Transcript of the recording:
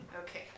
Okay